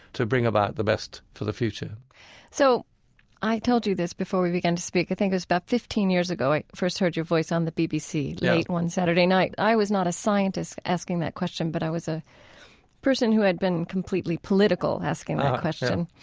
to bring about the best for the future so i told you this before we began to speak i think it was about fifteen years ago i first heard your voice on the bbc late one saturday night. i was not a scientist asking that question, but i was a person who had been completely political asking that question.